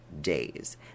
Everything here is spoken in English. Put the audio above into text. days